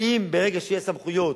ברגע שיהיו סמכויות,